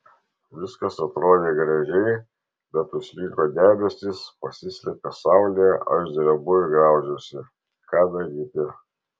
viskas atrodė gražiai bet užslinko debesys pasislėpė saulė aš drebu ir graužiuosi ką daryti